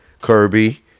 Kirby